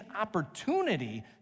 opportunity